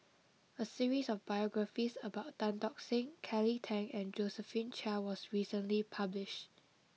a series of biographies about Tan Tock Seng Kelly Tang and Josephine Chia was recently published